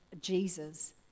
Jesus